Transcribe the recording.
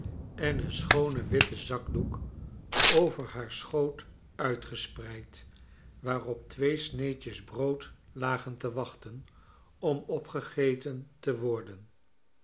en een schoonen witten zakdoek over haar schoot uitgespreid waarop twee sneedjes brood lagen te wachten om opgegeten te worden